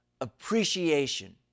appreciation